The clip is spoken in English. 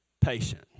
patient